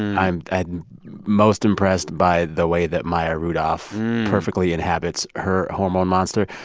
i'm most impressed by the way that maya rudolph perfectly inhabits her hormone monster.